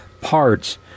parts